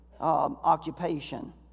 occupation